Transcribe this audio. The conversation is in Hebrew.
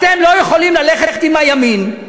אתם לא יכולים ללכת עם הימין,